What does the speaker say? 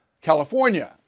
California